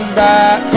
back